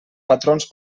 patrons